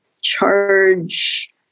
charge